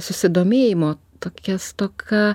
susidomėjimo tokia stoka